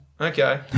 Okay